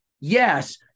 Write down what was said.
Yes